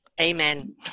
Amen